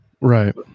Right